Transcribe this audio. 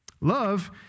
Love